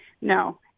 no